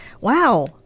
Wow